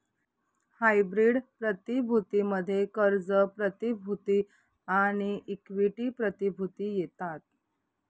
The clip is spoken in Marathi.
हायब्रीड प्रतिभूती मध्ये कर्ज प्रतिभूती आणि इक्विटी प्रतिभूती येतात